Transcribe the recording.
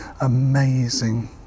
amazing